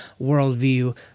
worldview